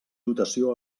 dotació